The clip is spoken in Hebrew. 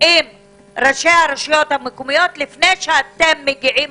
עם ראשי הרשויות המקומיות לפני שאתם מגיעים